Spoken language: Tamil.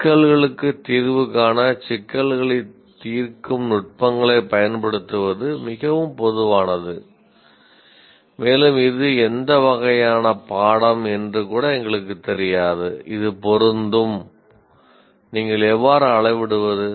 சிக்கல்களுக்கு தீர்வு காண சிக்கல்களை தீர்க்கும் நுட்பங்களைப் பயன்படுத்துவது மிகவும் பொதுவானது மேலும் இது எந்த வகையான பாடம் என்று கூட எங்களுக்குத் தெரியாது இது பொருந்தும் நீங்கள் எவ்வாறு அளவிடுவது